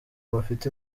bafite